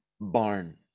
barn